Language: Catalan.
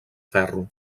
ferro